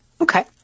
Okay